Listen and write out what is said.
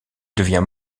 devient